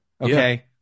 Okay